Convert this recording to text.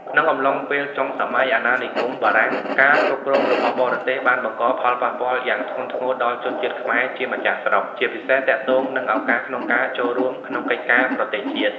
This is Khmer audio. ក្នុងអំឡុងពេលចុងសម័យអាណានិគមបារាំង ការគ្រប់គ្រងរបស់បរទេសបានបង្កផលប៉ះពាល់យ៉ាងធ្ងន់ធ្ងរដល់ជនជាតិខ្មែរជាម្ចាស់ស្រុក ជាពិសេសទាក់ទងនឹងឱកាសក្នុងការចូលរួមក្នុងកិច្ចការប្រទេសជាតិ។